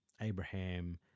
Abraham